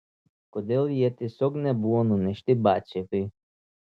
kodėl jie tiesiog nebuvo nunešti batsiuviui